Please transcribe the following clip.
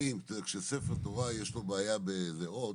כשספר תורה, יש לו בעיה באיזה אות,